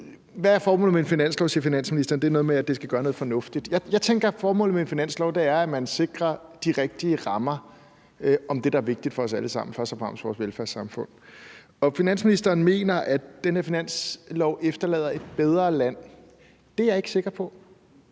Hvad er formålet med en finanslov? siger finansministeren. Det er noget med, at den skal gøre noget fornuftigt. Jeg tænker, at formålet med en finanslov er, at man sikrer de rigtige rammer om det, der er vigtigt for os alle sammen, først og fremmest vores velfærdssamfund. Finansministeren mener, at den her finanslov efterlader et bedre land. Det er jeg ikke sikker på.